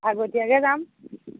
আগতীয়াকৈ যাম